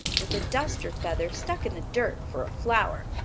with a duster feather stuck in the dirt, for a flower.